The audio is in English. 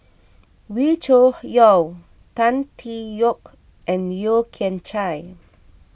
Wee Cho Yaw Tan Tee Yoke and Yeo Kian Chye